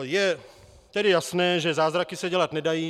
Je tedy jasné, že zázraky se dělat nedají.